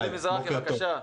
דודי מזרחי, בבקשה.